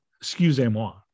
excusez-moi